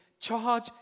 charge